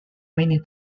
many